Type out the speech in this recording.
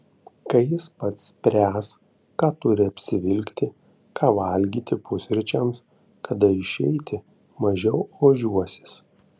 kai jis pats spręs ką turi apsivilkti ką valgyti pusryčiams kada išeiti mažiau ožiuosis